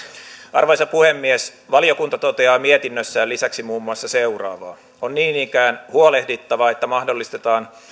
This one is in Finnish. arvoisa puhemies valiokunta toteaa mietinnössään lisäksi muun muassa seuraavaa on niin ikään huolehdittava että mahdollistetaan